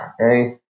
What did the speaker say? Okay